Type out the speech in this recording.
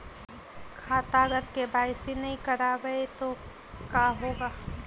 खाता अगर के.वाई.सी नही करबाए तो का होगा?